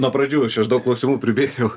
nuo pradžių aš čia aš daug klausimų pribėriau